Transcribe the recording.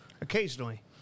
Occasionally